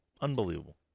Unbelievable